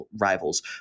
rivals